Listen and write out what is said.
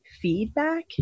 feedback